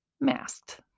masked